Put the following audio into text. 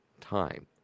time